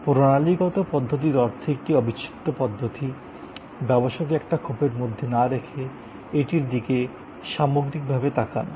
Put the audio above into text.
প্রনালীগত পদ্ধতির অর্থ একটি অবিচ্ছেদ্য পদ্ধতি ব্যবসাকে একটি খোপের মধ্যে না রেখে এটির দিকে সামগ্রিকভাবে তাকানো